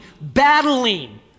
battling